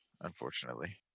unfortunately